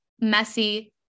messy